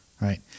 right